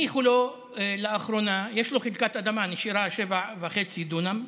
יש לו חלקת אדמה שנשארה, של 7.5 דונם,